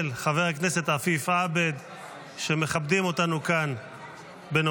של חבר הכנסת עפיף עבד שמכבדים אותנו כאן בנוכחותם.